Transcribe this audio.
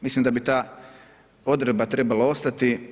Mislim da bi ta odredba trebala ostati.